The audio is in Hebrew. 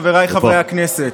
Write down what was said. חבריי חברי הכנסת,